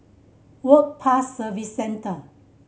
Work Pass Service Centre